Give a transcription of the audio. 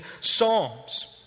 psalms